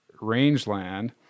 rangeland